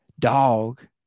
Dog